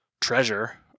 Treasure